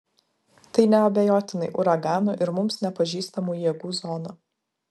tai neabejotinai uraganų ir mums nepažįstamų jėgų zona